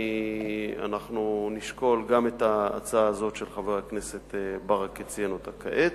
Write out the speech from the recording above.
ואנחנו נשקול גם את ההצעה הזאת שחבר הכנסת ברכה ציין כעת,